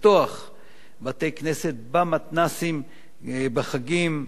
לפתוח בתי-כנסת במתנ"סים בחגים,